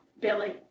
Billy